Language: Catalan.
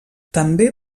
també